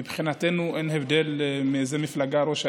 מבחינתנו אין הבדל מאיזו מפלגה ראש העיר.